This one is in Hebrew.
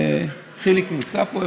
חיליק נמצא פה?